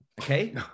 Okay